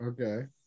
Okay